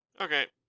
Okay